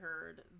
heard